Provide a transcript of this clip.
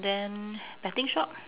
then betting shop